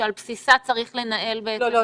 שעל בסיסה צריך לנהל בעצם את המשבר הזה --- לא,